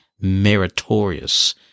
meritorious